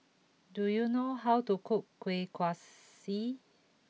do you know how to cook Kueh Kaswi